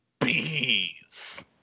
bees